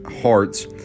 hearts